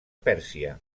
pèrsia